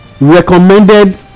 recommended